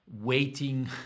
waiting